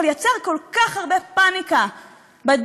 אבל יצר כל כך הרבה פניקה בדרך,